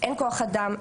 אין כוח אדם,